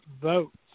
votes